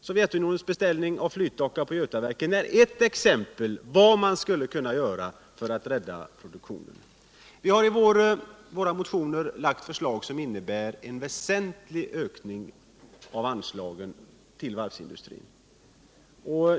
Sovjetunionens beställning hos Götaverken av en flytdocka är ett exempel på vad man skulle kunna göra för att rädda produktionen. Vi har i vår motion lagt förslag som innebär en väsentlig ökning av anslagen till varvsindustrin.